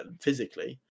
physically